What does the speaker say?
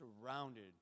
surrounded